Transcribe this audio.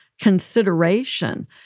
consideration